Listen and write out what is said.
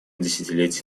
десятилетий